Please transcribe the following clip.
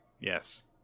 yes